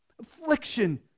Affliction